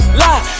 lie